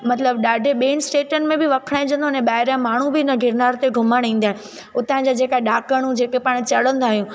मतलबु ॾाढे ॿियनि स्टेटनि में बि वखणायजंदो ने ॿाहिरां माण्हू बि हिन गिरनार ते घुमण ईंदा आहिनि हुतां जा जेका ॾाकणूं जेके पाणि चढ़ंदा आहियूं